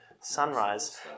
Sunrise